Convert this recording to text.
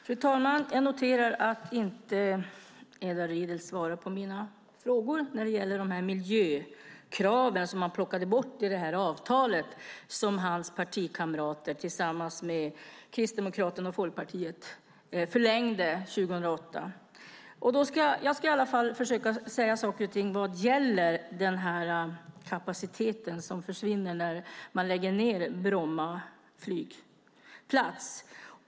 Fru talman! Jag noterar att Edward Riedl inte svarar på mina frågor om miljökraven som man plockade bort i det avtal som hans partikamrater tillsammans med Kristdemokraterna och Folkpartiet förlängde 2008. Jag ska i alla fall försöka säga saker och ting vad gäller kapaciteten som försvinner när man lägger ned Bromma flygplats.